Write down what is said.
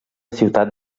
ciutat